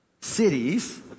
cities